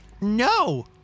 No